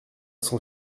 son